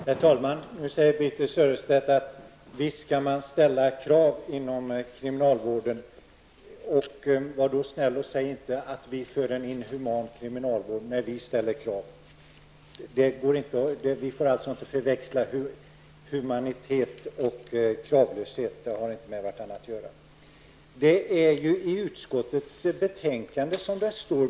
Herr talman! Birthe Sörestedt säger att krav visst skall ställas beträffande kriminalvården. Men var då snäll och låt bli att säga att vi står för en inhuman kriminalvård när vi ställer krav! Humanitet och kravlöshet får inte förväxlas. Det är fråga om helt olika saker.